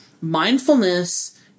mindfulness